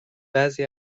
بعضی